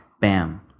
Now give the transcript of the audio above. bam